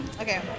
Okay